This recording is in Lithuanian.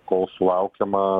kol sulaukiama